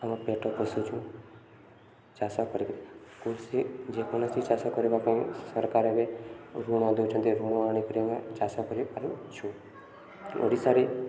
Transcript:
ଆମ ପେଟ ପୋଷୁଚୁଁ ଚାଷ କରିବେ କୃଷି ଯେକୌଣସି ଚାଷ କରିବା ପାଇଁ ସରକାର ଏବେ ଋଣ ଦେଇଛନ୍ତି ଋଣ ଆଣିକରି ଆମେ ଚାଷ କରିପାରୁଛୁ ଓଡ଼ିଶାରେ